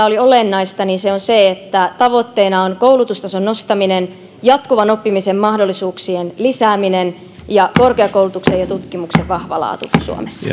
oli olennaista on se että tavoitteena on koulutustason nostaminen jatkuvan oppimisen mahdollisuuksien lisääminen ja korkeakoulutuksen ja tutkimuksen vahva laatu suomessa